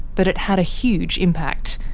but it had a huge impact.